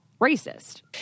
racist